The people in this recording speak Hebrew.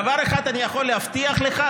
דבר אחד אני יכול להבטיח לך,